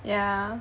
yeah